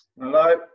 hello